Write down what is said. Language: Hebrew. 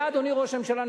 אדוני ראש הממשלה,